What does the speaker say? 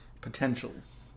potentials